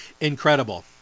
Incredible